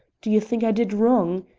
do you think i did wrong?